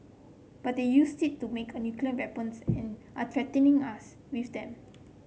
but they used it to make a nuclear weapons and are threatening us with them